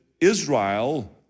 Israel